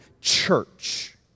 church